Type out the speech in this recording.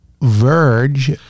verge